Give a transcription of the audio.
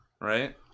right